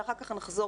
ואחר כך נחזור,